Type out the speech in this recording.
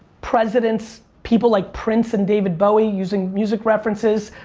presidents, people like prince and david bowie, using music references.